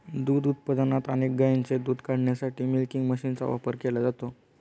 दूध उत्पादनात अनेक गायींचे दूध काढण्यासाठी मिल्किंग मशीनचा वापर केला जातो